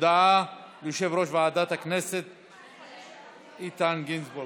הודעה ליושב-ראש ועדת הכנסת חבר הכנסת איתן גינזבורג,